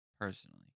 Personally